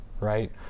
right